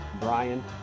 Brian